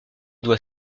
doit